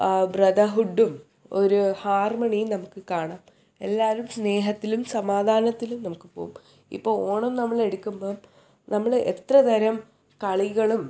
ബ്രദർഹുഡും ഒരു ഹാർമണിയും നമുക്ക് കാണാം എല്ലാവരും സ്നേഹത്തിലും സമാധാനത്തിലും നമുക്ക് പോവും ഇപ്പോൾ ഓണം നമ്മൾ എടുക്കുമ്പം നമ്മൾ എത്ര തരം കളികളും